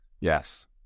Yes